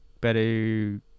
better